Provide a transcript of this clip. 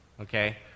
okay